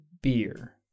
beer